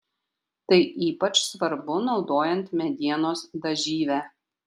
tai ypač svarbu naudojant medienos dažyvę